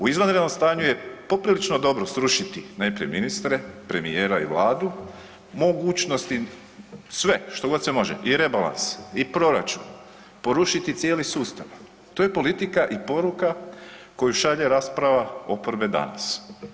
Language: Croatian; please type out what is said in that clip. U izvanrednom stanju je poprilično dobro srušiti najprije ministre, premijera i Vladu, mogućnosti sve što se može i rebalans i proračun, porušiti cijeli sustav. to je politika i poruka koju šalje rasprava oporbe danas.